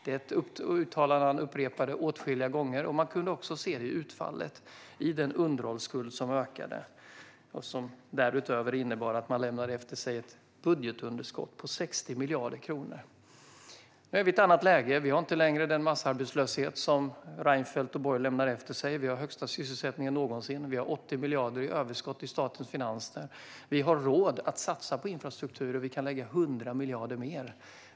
Det är ett uttalande han upprepade åtskilliga gånger. Man kunde också se det i utfallet i den underhållsskuld som ökade. Därutöver lämnade man efter sig ett budgetunderskott på 60 miljarder kronor. Nu är vi i ett annat läge. Vi har inte längre den massarbetslöshet som Reinfeldt och Borg lämnade efter sig. Vi har den högsta sysselsättningen någonsin. Vi har 80 miljarder i överskott i statens finanser. Vi har råd att satsa på infrastruktur, och vi kan lägga 100 miljarder mer.